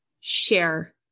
share